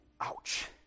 ouch